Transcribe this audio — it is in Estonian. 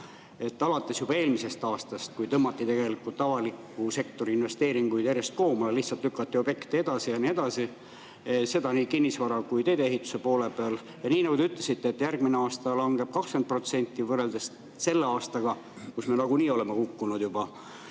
Alates juba eelmisest aastast tõmmati tegelikult avaliku sektori investeeringuid järjest koomale, lihtsalt lükati objekte edasi ja edasi, seda nii kinnisvara kui teedeehituse poole peal. Ja nagu te ütlesite, et järgmisel aastal langeb [maht] 20% võrreldes selle aastaga, kui me nagunii oleme juba